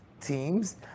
teams